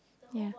ya